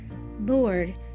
lord